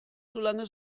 solange